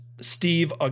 Steve